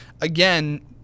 again